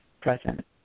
present